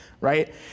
right